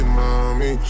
mommy